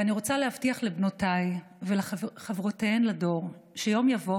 ואני רוצה להבטיח לבנותיי ולחברותיהן לדור שיום יבוא